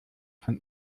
von